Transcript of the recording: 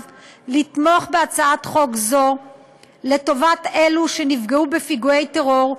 לתמוך בהצעת חוק זו לטובת אלו שנפגעו בפיגועי טרור,